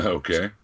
okay